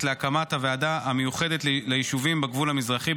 להקמת הוועדה המיוחדת ליישובים בגבול המזרחי,